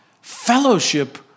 fellowship